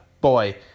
Boy